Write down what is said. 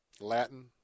Latin